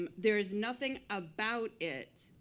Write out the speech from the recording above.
um there is nothing about it,